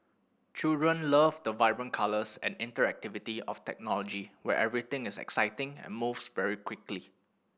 children love the vibrant colours and interactivity of technology where everything is exciting and moves very quickly